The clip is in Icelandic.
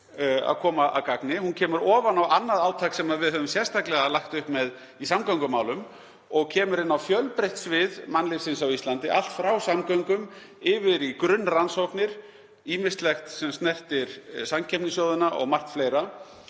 að koma að gagni. Það kemur ofan á annað átak sem við höfum sérstaklega lagt upp með í samgöngumálum og kemur inn á fjölbreytt svið mannlífsins á Íslandi, allt frá samgöngum yfir í grunnrannsóknir, ýmislegt sem snertir samkeppnissjóðina og margt fleira.